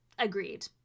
Agreed